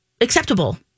Acceptable